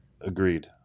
agreed